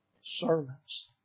servants